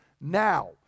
now